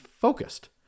focused